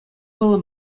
паллӑ